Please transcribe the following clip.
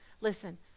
Listen